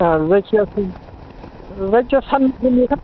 जायखिया फै जायखिया सान नै नेनांगोन